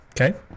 Okay